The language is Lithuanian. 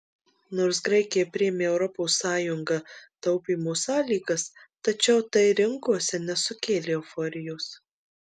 nors graikija priėmė europos sąjunga taupymo sąlygas tačiau tai rinkose nesukėlė euforijos